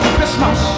Christmas